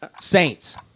Saints